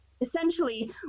essentially